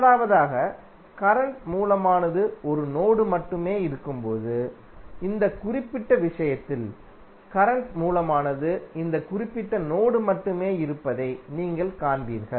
முதலாவதாக கரண்ட் மூலமானது ஒரு நோடு மட்டுமே இருக்கும்போது இந்த குறிப்பிட்ட விஷயத்தில் கரண்ட் மூலமானது இந்த குறிப்பிட்ட நோடு மட்டுமே இருப்பதை நீங்கள் காண்பீர்கள்